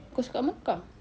course kat mana kak